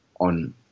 on